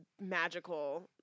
magical